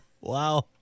Wow